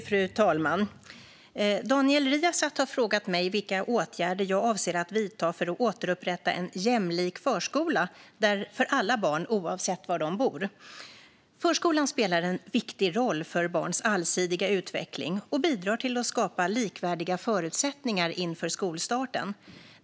Fru talman! Daniel Riazat har frågat mig vilka åtgärder jag avser att vidta för att återupprätta en jämlik förskola för alla barn oavsett var de bor. Förskolan spelar en viktig roll för barns allsidiga utveckling och bidrar till att skapa likvärdiga förutsättningar inför skolstarten.